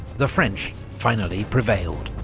the french finally prevailed.